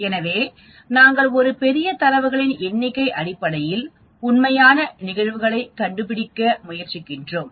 எனவே நாங்கள் ஒரு பெரிய தரவுகளின் எண்ணிக்கை அடிப்படையில் உண்மையான நிகழ்வுகளைக் கண்டுபிடிக்க முயற்சிக்கிறோம்